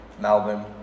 Melbourne